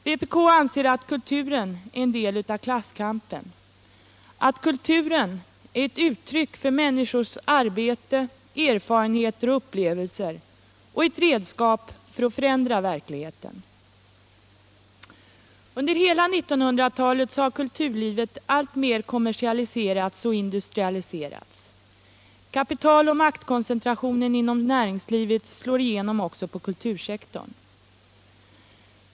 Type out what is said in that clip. Vpk anser att kulturen är en del av klasskampen, att kultur är ett uttryck för människors arbete, erfarenheter och upplevelser och ett redskap för att förändra verkligheten. Under hela 1900-talet har kulturlivet alltmer kommersialiserats och industrialiserats. Kapitaloch maktkoncentrationen inom näringslivet slår igenom också på kultursektorn.